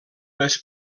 les